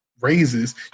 raises